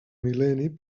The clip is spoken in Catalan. mil·lenni